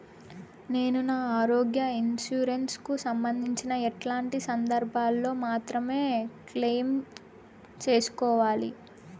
నేను నా ఆరోగ్య ఇన్సూరెన్సు కు సంబంధించి ఎట్లాంటి సందర్భాల్లో మాత్రమే క్లెయిమ్ సేసుకోవాలి?